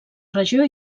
regió